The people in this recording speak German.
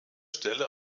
stelle